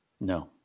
No